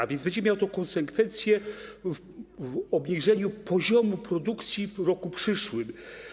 A więc będzie to miało konsekwencje w obniżeniu poziomu produkcji w roku przyszłym.